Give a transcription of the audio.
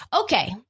Okay